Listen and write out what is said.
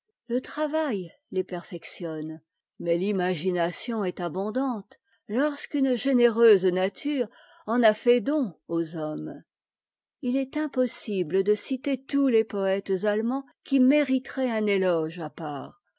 le travail les perfectionne mais l'imagination est abondante lorsqu'une généreuse nature en a fait don aux hommes il est impossible de citer tous les poëtes allemands qui mériteraient un éloge à part